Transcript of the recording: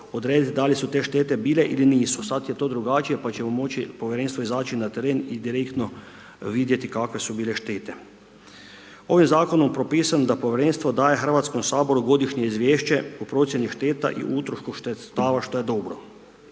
odrediti da li su te štete bile ili nisu, sad je to drugačije pa će moći povjerenstvo izaći na teren i direktno vidjeti kakve su bile štete. Ovim zakonom propisano je da povjerenstvo daje Hrvatskom saboru godišnje izvješće po procjeni šteta i utrošku sredstava što je dobro.